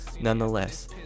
nonetheless